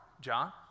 John